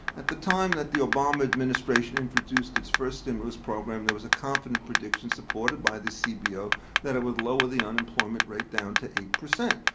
at the time that the obama administration introduced its first stimulus program, there was a confident prediction supported by the cbo that it would lower the unemployment rate down to eight percent.